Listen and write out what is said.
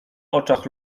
oczach